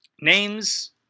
Names